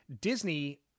Disney